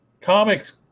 Comics